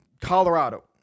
Colorado